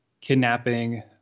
kidnapping